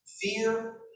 fear